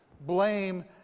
Blame